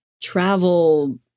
travel